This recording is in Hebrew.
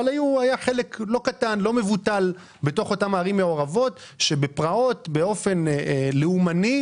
אבל היה חלק לא מבוטל באותן ערים מעורבות שפגעו ביהודים באופן לאומני,